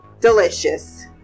delicious